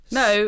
no